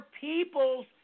people's